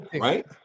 right